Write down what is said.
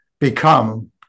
become